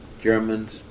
Germans